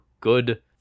good